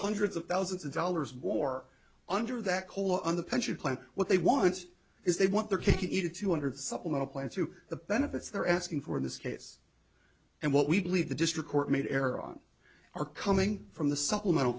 hundreds of thousands of dollars war under that hole on the pension plan what they want is they want their cake and eat it two hundred supplemental plan through the benefits they are asking for in this case and what we believe the district court made error on are coming from the supplemental